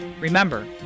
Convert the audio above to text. Remember